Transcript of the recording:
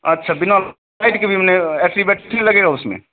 अच्छा बिना लाइट के भी माने ऐसे लगेगा उसमें